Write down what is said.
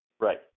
Right